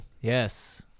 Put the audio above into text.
yes